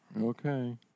Okay